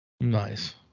Nice